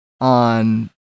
on